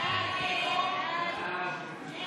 הסתייגות 361